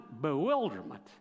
bewilderment